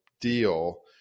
deal